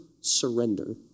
surrender